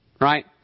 right